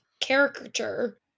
caricature